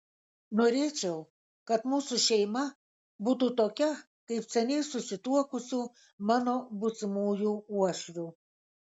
norėčiau kad mūsų šeima būtų tokia kaip seniai susituokusių mano būsimųjų uošvių